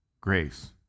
grace